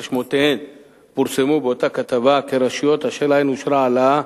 שמותיהן פורסמו באותה כתבה כרשויות אשר להן אושרה העלאה,